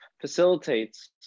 facilitates